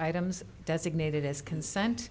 items designated as consent